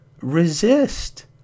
resist